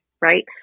right